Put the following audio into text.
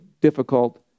difficult